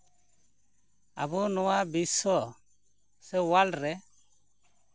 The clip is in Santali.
ᱟᱵᱚ ᱱᱚᱣᱟ ᱵᱤᱥᱥᱚ ᱥᱮ ᱚᱣᱟᱨᱞᱰ ᱨᱮ